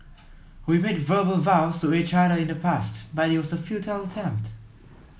we made verbal vows to each other in the past but it was a futile attempt